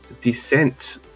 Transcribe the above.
descent